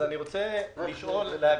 אז אני רוצה להגיד,